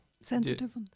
Sensitive